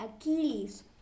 Achilles